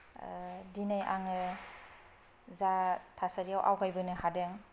दिनै आङो जा थासारियाव आवगायबोनो हादों